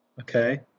Okay